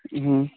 ہوں